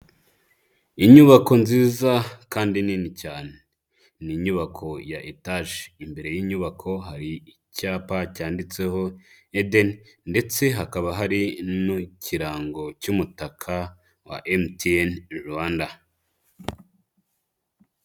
Inyubako nziza kandi nini cyane. Ni inyubako ya etage, imbere y'inyubako hari icyapa cyanditseho Eden ndetse hakaba hari n'ikirango cy'umutaka wa MTN Rwanda.